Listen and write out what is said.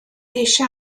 eisiau